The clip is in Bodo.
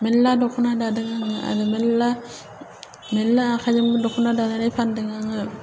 मेल्ला दख'ना दादों आङो आरो मेल्ला मेल्ला आखायजोंबो दख'ना दानानै फान्दों आङो